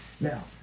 Now